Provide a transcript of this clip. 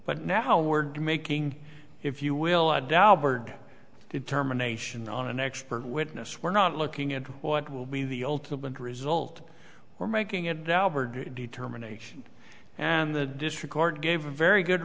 but now we're making if you will i doubt bird determination on an expert witness we're not looking at what will be the ultimate result we're making it outward determination and the disregard gave a very good